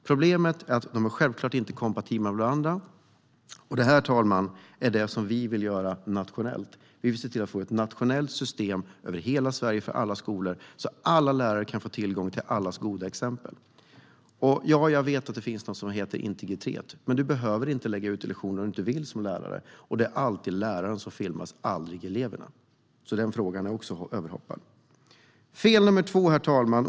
Problemet är att systemen inte är kompatibla med varandra. Detta vill vi göra nationellt. Vi vill få till ett nationellt system för alla skolor i hela Sverige så att alla lärare kan få tillgång till allas goda exempel. Jag vet att det finns något som heter integritet. Men läraren behöver inte lägga ut lektionen om den inte vill, och det är alltid läraren som filmas, aldrig eleverna. Den frågan kan man alltså hoppa över. Herr talman!